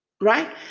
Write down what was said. right